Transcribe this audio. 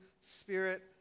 spirit